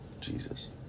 Jesus